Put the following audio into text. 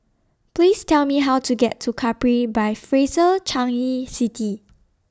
Please Tell Me How to get to Capri By Fraser Changi City